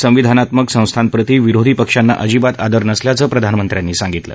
संविधानात्मक संस्थाप्रति विरोधी पक्षांना आजिबात आदर नसल्याचं प्रधानमंत्री म्हणाले